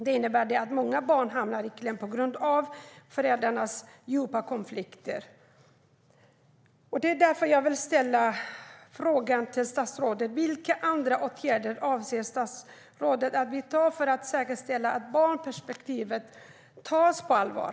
Det innebär att många barn hamnar i kläm på grund av föräldrarnas djupa konflikter. Det är därför jag vill ställa frågan till statsrådet: Vilka andra åtgärder avser statsrådet att vidta för att säkerställa att barnperspektivet tas på allvar?